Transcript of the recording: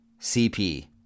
CP